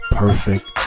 perfect